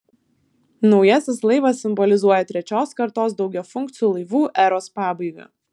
naujasis laivas simbolizuoja trečios kartos daugiafunkcių laivų eros pabaigą